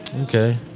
okay